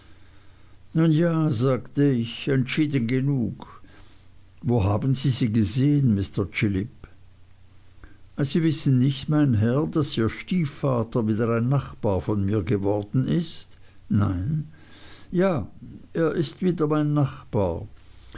ja sagte ich entschieden genug wo haben sie sie gesehen mr chillip sie wissen nicht mein herr daß ihr stiefvater wieder ein nachbar von mir geworden ist nein ja er ist wieder mein nachbar